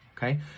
Okay